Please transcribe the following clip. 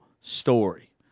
story